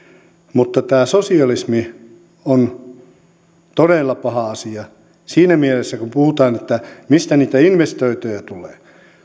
mutta tämä sosialismi on todella paha asia siinä mielessä kun puhutaan mistä niitä investointeja tulee